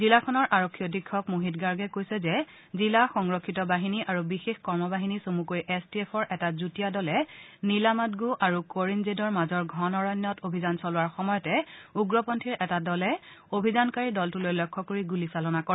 জিলাখনৰ আৰক্ষী অধীক্ষক মোহিত গাৰ্গে কৈছে যে জিলা সংৰফিত বাহিনী আৰু বিশেষ কৰ্ম বাহিনী চমুকৈ এছ টি এফৰ এটা যুটীয়া দলে নিলামাদগো আৰু কৰিনজেদৰ মাজৰ ঘণ অৰণ্যত অভিযান চলোৱাৰ সময়তেই উগ্ৰপন্থীৰ এটা দলে অভিযানকাৰী দলটোলৈ লক্ষ্য কৰি গুলীচালনা কৰে